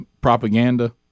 propaganda